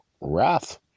wrath